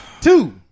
two